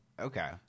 Okay